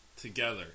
together